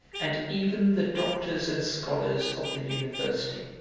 and even the doctors and scholars of the university.